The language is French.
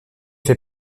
fait